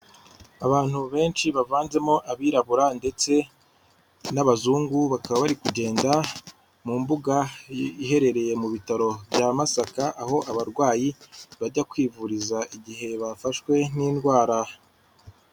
Abantu benshi bavanzemo abirabura ndetse n'abazungu, bakaba bari kugenda mu mbuga iherereye mu bitaro bya Masaka aho abarwayi bajya kwivuriza igihe bafashwe n'indwara.